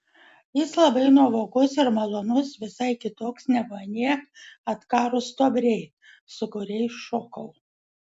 jis labai nuovokus ir malonus visai kitoks negu anie atkarūs stuobriai su kuriais šokau